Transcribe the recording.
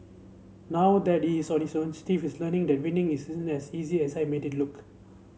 now that is on his own Steve is learning that winning isn't as easy as I make it look